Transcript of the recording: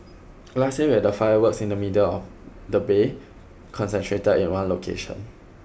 last year we had the fireworks in the middle of the Bay concentrated in one location